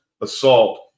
assault